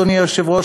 אדוני היושב-ראש,